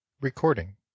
recording